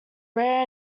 rare